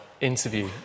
interview